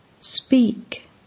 Speak